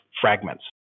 fragments